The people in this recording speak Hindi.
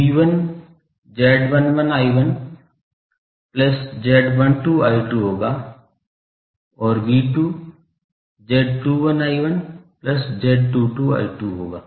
तो V1 Z11 I1 plus Z12 I2 होगा और V2 Z21 I1 plus Z22 I2 होगा